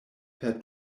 per